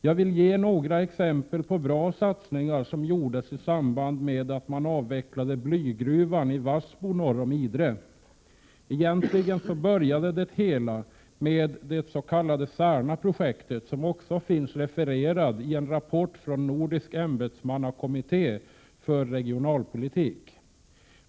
Jag vill ge några exempel på bra satsningar genom att nämna några som gjordes i samband med att man avvecklade blygruvan i Vassbo, norr om Idre. Egentligen började det hela med det s.k. Särnaprojektet, som också finns refererat i Rapport från Nordisk Embetsmanskommitté för regionalpolitik.